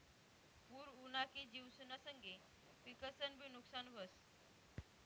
पूर उना की जिवसना संगे पिकंसनंबी नुकसान व्हस